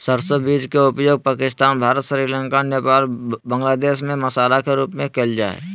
सरसो बीज के उपयोग पाकिस्तान, भारत, श्रीलंका, नेपाल, बांग्लादेश में मसाला के रूप में करल जा हई